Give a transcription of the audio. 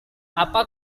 apa